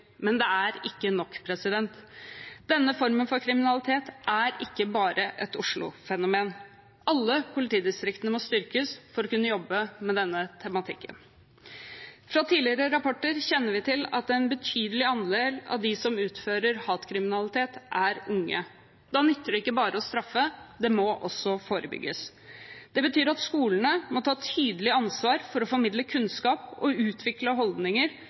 Men det er ikke nok. Denne formen for kriminalitet er ikke bare et Oslo-fenomen. Alle politidistriktene må styrkes for å kunne jobbe med denne tematikken. Fra tidligere rapporter kjenner vi til at en betydelig andel av dem som utfører hatkriminalitet, er unge. Da nytter det ikke bare å straffe, det må også forebygges. Det betyr at skolene må ta tydelig ansvar for å formidle kunnskap og utvikle holdninger